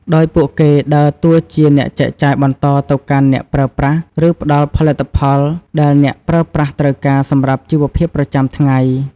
ដោយពួកគេដើរតួជាអ្នកចែកចាយបន្តទៅកាន់អ្នកប្រើប្រាស់ ឬផ្តល់ផលិតផលដែលអ្នកប្រើប្រាស់ត្រូវការសម្រាប់ជីវភាពប្រចាំថ្ងៃ។